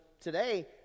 today